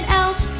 else